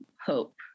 hope